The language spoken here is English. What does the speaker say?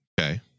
Okay